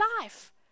life